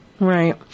Right